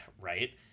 Right